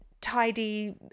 tidy